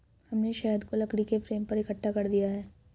हमने शहद को लकड़ी के फ्रेम पर इकट्ठा कर दिया है